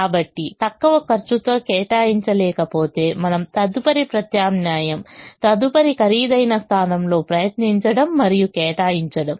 కాబట్టి తక్కువ ఖర్చుతో కేటాయించలేకపోతే మన తదుపరి ప్రత్యామ్నాయం తదుపరి ఖరీదైన స్థానంలో ప్రయత్నించడం మరియు కేటాయించడం